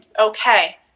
Okay